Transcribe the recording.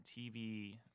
TV